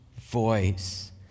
voice